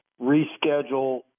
reschedule –